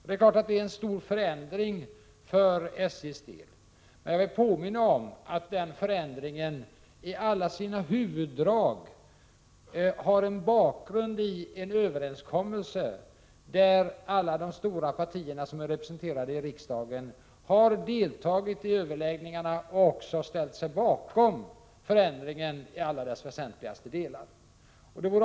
Det är klart att det är en stor förändring för SJ:s del, men jag vill påminna om att den förändringen i alla sina huvuddrag har en bakgrund i en överenskommelse där alla de stora partier som är representerade i riksdagen har deltagit i överläggningarna och också ställt sig bakom förändringen i alla dess väsentligaste delar.